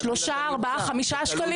שלושה, ארבעה, חמישה שקלים?